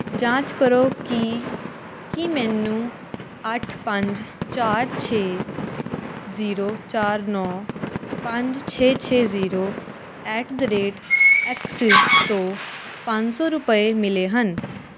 ਜਾਂਚ ਕਰੋ ਕੀ ਕੀ ਮੈਨੂੰ ਅੱਠ ਪੰਜ ਚਾਰ ਛੇ ਜ਼ੀਰੋ ਚਾਰ ਨੌ ਪੰਜ ਛੇ ਛੇ ਜ਼ੀਰੋ ਐਟ ਦਾ ਰੇਟ ਐਕਸਿੱਸ ਤੋਂ ਪੰਜ ਸੌ ਰੁਪਏ ਮਿਲੇ ਹਨ